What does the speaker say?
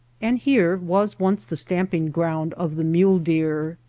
and here was once the stamping-ground of the mule-deer.